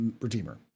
Redeemer